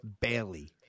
bailey